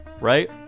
right